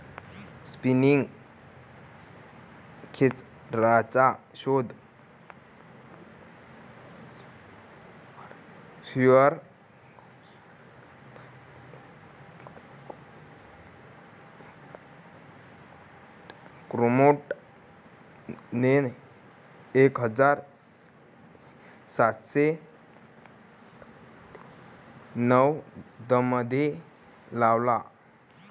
spinning खेचरचा शोध Samuel क्रॉम्प्टनने एक हजार सातशे नव्वदमध्ये लावला